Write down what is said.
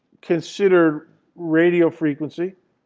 considered radio frequency.